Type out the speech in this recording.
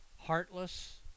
heartless